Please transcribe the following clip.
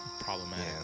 Problematic